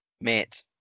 met